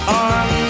on